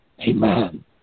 amen